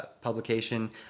publication